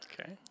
Okay